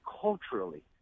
culturally